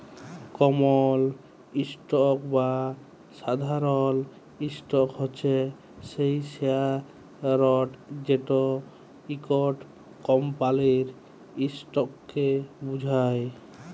কমল stock বা সাধারল stock হছে সেই শেয়ারট যেট ইকট কমপালির ইসটককে বুঝায়